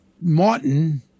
Martin